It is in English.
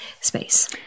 space